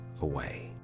away